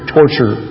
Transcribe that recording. Torture